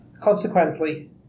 Consequently